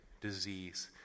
disease